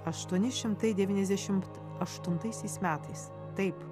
aštuoni šimtai devyniasdešimt aštuntaisiais metais taip